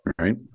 Right